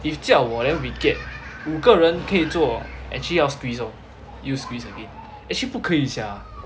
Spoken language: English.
if 叫我 then weekiat 五个人可以坐 actually 要 squeeze lor 又 squeeze again actually 不可以 sia